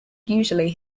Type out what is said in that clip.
usually